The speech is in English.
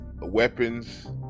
weapons